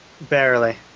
Barely